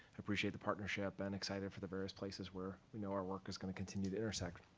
appreciate the partnership and excited for the various places where we know our work is going to continue to intersect.